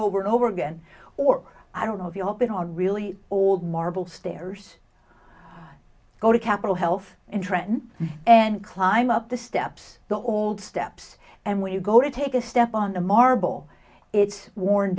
over and over again or i don't know if you're hoping are really all marble stairs go to capitol health in trenton and climb up the steps the old steps and when you go to take a step on the marble it's worn